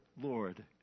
Lord